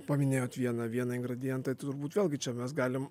paminėjot vieną vieną igredientą tai turbūt vėlgi čia mes galim